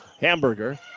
Hamburger